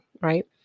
right